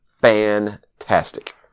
Fantastic